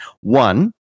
One